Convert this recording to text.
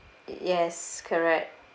yes correct